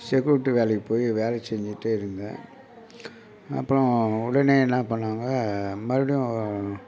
security வேலைக்கு போய் வேலை செஞ்சுகிட்டு இருந்தேன் அப்புறம் உடனே என்ன பண்ணிணாங்க மறுபடியும்